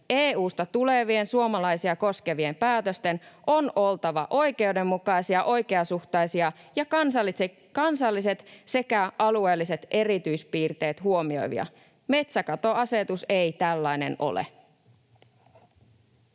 EU:sta tulevien suomalaisia koskevien päätösten on oltava oikeudenmukaisia, oikeasuhtaisia ja kansalliset sekä alueelliset erityispiirteet huomioivia. Metsäkatoasetus ei tällainen ole.